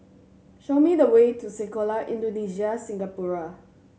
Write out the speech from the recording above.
show me the way to Sekolah Indonesia Singapura